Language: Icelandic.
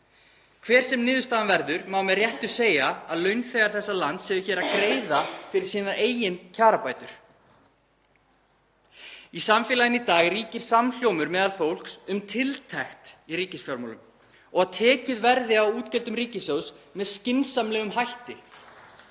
Hver sem niðurstaðan verður má með réttu segja að launþegar þessa lands séu hér að greiða fyrir sína eigin kjarabætur. Í samfélaginu í dag ríkir samhljómur meðal fólks um tiltekt í ríkisfjármálum og að tekið verði á útgjöldum ríkissjóðs með skynsamlegum hætti.